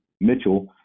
Mitchell